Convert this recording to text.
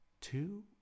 two